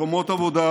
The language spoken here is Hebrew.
מקומות עבודה,